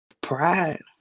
pride